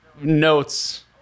notes